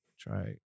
Try